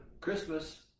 Christmas